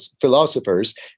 philosophers